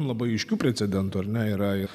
labai aiškių precedentų ar ne yra ir